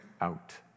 out